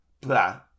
blah